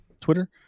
Twitter